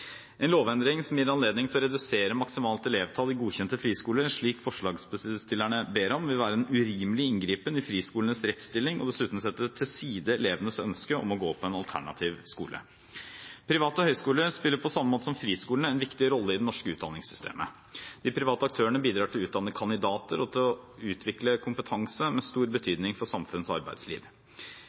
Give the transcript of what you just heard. En lovendring som gir anledning til å redusere maksimalt elevtall i godkjente friskoler, slik forslagsstillerne ber om, vil være en urimelig inngripen i friskolenes rettsstilling og dessuten sette til side elevenes ønske om å gå på en alternativ skole. Private høyskoler spiller på samme måte som friskolene en viktig rolle i det norske utdanningssystemet. De private aktørene bidrar til å utdanne kandidater og til å utvikle kompetanse med stor betydning for samfunns- og arbeidsliv.